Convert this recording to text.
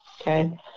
okay